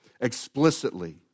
Explicitly